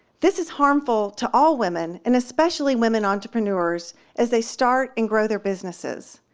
this is harmful to all women, and especially women entrepreneurs as they start and grow their businesses.